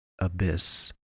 abyss